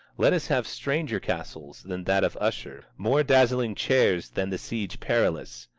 let us have stranger castles than that of usher, more dazzling chairs than the siege perilous.